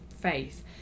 faith